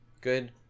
good